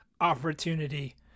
opportunity